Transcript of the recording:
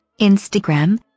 Instagram